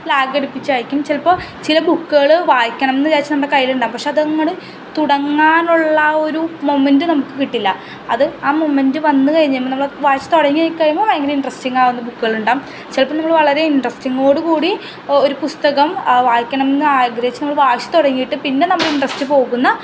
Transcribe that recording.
ലാഗടിപ്പിച്ചായിരിക്കും ചിലപ്പോൾ ചില ബുക്കുകൾ വായിക്കണമെന്ന് വിചാരിച്ച് കയ്യിലുണ്ടാകും പക്ഷേ അതങ്ങട് തുടങ്ങാനുള്ള ആ ഒരു മോമെൻറ്റ് നമുക്ക് കിട്ടില്ല അത് ആ മൊമെൻറ്റ് വന്നു കഴിഞ്ഞു നമ്മൾ വായിച്ച് തുടങ്ങി കഴിയുമ്പോൾ ഭയങ്കര ഇൻട്രസ്റ്റിങ്ങാകുന്ന ബുക്കുകളുണ്ടാകും ചിലപ്പം നമ്മൾ വളരെ ഇൻട്രസ്റ്റിങ്ങോടുകൂടി ഒരു പുസ്തകം വായിക്കണമെന്നു ആഗ്രഹിച്ച് നമ്മൾ വായിച്ചു തുടങ്ങിയിട്ട് പിന്നെ നമ്മുടിൻട്രസ്റ്റ് പോകുന്ന